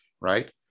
right